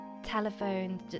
telephone